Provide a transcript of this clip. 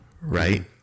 right